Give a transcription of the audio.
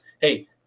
hey